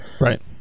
Right